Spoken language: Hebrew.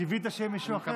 קיווית שיהיה מישהו אחר?